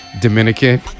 dominican